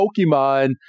Pokemon